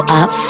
up